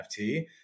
NFT